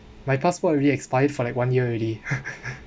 my passport already expired for like one year already